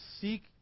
seek